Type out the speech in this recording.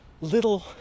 little